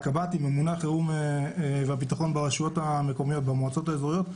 בין הקב"ט עם ממונה החירום והביטחון במועצות האזוריות.